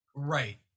Right